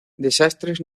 desastres